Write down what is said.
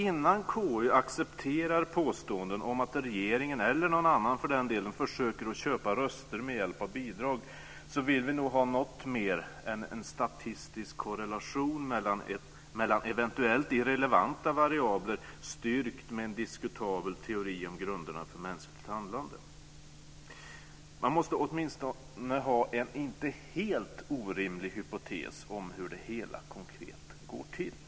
Innan KU accepterar påståenden om att regeringen, eller någon annan, försöker köpa röster med hjälp av bidrag, vill vi nog ha något mer än en statistisk korrelation mellan eventuellt irrelevanta variabler styrkt med en diskutabel teori om grunderna för mänskligt handlande. Man måste åtminstone ha en inte helt orimlig hypotes om hur det hela konkrekt går till.